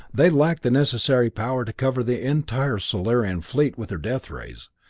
they lacked the necessary power to cover the entire solarian fleet with their death rays,